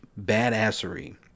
badassery